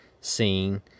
scene